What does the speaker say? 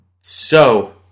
So-